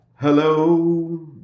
Hello